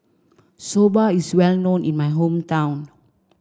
Soba is well known in my hometown